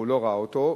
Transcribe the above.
הוא לא ראה אותו,